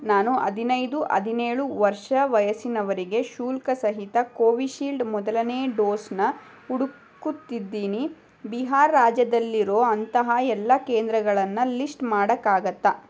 ನಾನು ಹದಿನೈದು ಹದಿನೇಳು ವರ್ಷ ವಯಸ್ಸಿನವರಿಗೆ ಶುಲ್ಕ ಸಹಿತ ಕೋವಿಶೀಲ್ಡ್ ಮೊದಲನೇ ಡೋಸ್ನ ಹುಡುಕುತ್ತಿದ್ದೀನಿ ಬಿಹಾರ್ ರಾಜ್ಯದಲ್ಲಿರೋ ಅಂತಹ ಎಲ್ಲ ಕೇಂದ್ರಗಳನ್ನು ಲಿಶ್ಟ್ ಮಾಡೋಕ್ಕಾಗುತ್ತಾ